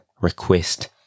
request